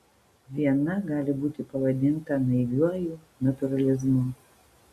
viena gali būti pavadinta naiviuoju natūralizmu